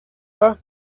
pas